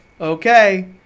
okay